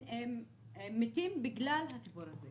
שמתים בגלל הסיפור הזה.